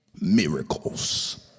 miracles